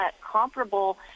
comparable